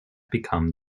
become